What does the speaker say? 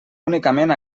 únicament